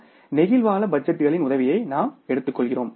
flexible பட்ஜெட்டுகளின் உதவியை நாம் எடுத்துக்கொள்கிறோம்